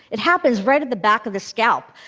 it happens right at the back of the scalp,